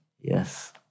Yes